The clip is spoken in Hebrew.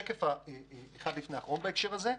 אני עובר לשקף האחרון בהקשר הזה,